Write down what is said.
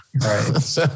right